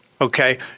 Okay